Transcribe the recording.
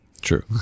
True